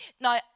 Now